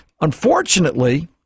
unfortunately